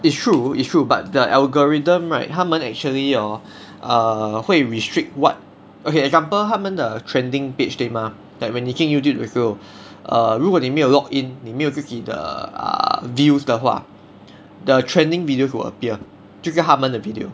it's true it's true but the algorithm right 他们 actually hor err 会 restrict [what] okay example 他们的 trending page 对 mah like when 你进 Youtube 的时候 err 如果你没有 log in 你没有自己的 err views 的话 the trending videos will appear 就是他们的 video